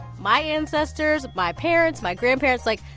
my ancestors, my parents, my grandparents, like,